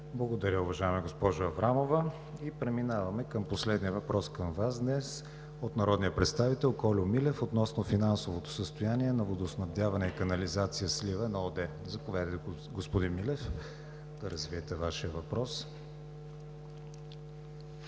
Благодаря, уважаема госпожо Аврамова. Преминаваме към последния въпрос към Вас днес – от народния представител Кольо Милев относно финансовото състояние на „Водоснабдяване и канализация – Сливен“ ООД. Заповядайте, господин Милев, да развиете Вашия въпрос.